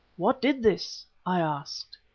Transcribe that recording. what did this i asked.